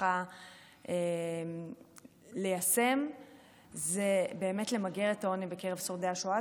צריכה ליישם היא באמת למגר את העוני בקרב שורדי השואה.